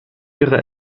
ihre